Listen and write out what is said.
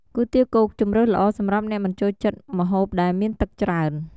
គុយទាវគោកជម្រើសល្អ សម្រាប់អ្នកមិនចូលចិត្តម្ហូបដែលមានទឹកច្រើន។